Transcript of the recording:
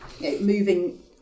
Moving